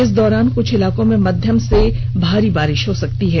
इस दौरान कुछ इलाकों में मध्यम से भारी बारिश हो सकती है